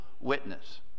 witness